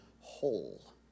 whole